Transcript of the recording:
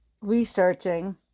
researching